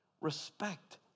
respect